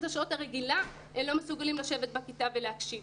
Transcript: השעות הרגילה הם לא מסוגלים לשבת בכיתה ולהקשיב.